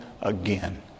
again